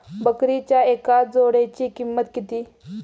बकरीच्या एका जोडयेची किंमत किती?